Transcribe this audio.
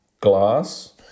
glass